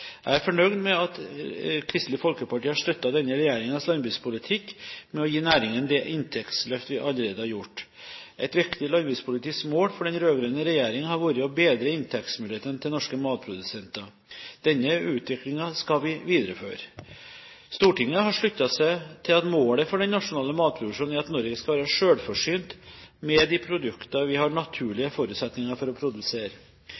Jeg er fornøyd med at Kristelig Folkeparti har støttet denne regjeringens landbrukspolitikk med å gi næringen det inntektsløft vi allerede har gjort. Et viktig landbrukspolitisk mål for den rød-grønne regjeringen har vært å bedre inntektsmulighetene til norske matprodusenter. Denne utviklingen skal vi videreføre. Stortinget har sluttet seg til at målet for den nasjonale matproduksjonen er at Norge skal være selvforsynt med de produktene vi har